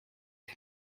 den